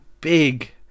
big